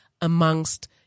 amongst